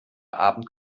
abend